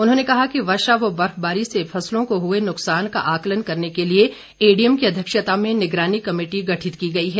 उन्होंने कहा कि वर्षा व बर्फबारी से फसलों को हुए नुकसान का आंकलन करने के लिए एडीएम की अध्यक्षता में निगरानी कमेटी गठित की गई है